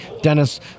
Dennis